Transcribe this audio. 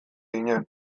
ginen